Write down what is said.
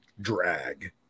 drag